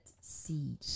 seed